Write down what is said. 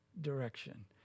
direction